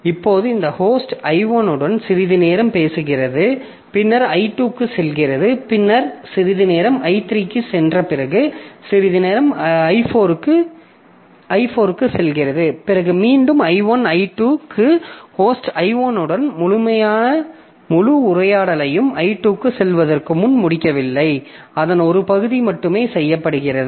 இப்போது இந்த host I1 உடன் சிறிது நேரம் பேசுகிறது பின்னர் I2 க்கு செல்கிறது பின்னர் சிறிது நேரம் I3 க்குச் சென்ற பிறகு சிறிது நேரம் கழித்து I4 க்குப் பிறகு மீண்டும் I1 I2 ஹோஸ்ட் I1 உடன் முழு உரையாடலை I2 க்குச் செல்வதற்கு முன் முடிக்கவில்லை அதன் ஒரு பகுதி மட்டுமே செய்யப்படுகிறது